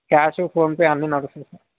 cash PhonePe అన్నీ నడుస్తాయి sir